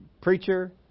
preacher